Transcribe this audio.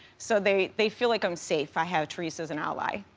so, they they feel like i'm safe. i have teresa as an ally.